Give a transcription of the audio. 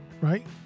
right